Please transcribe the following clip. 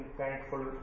thankful